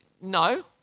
No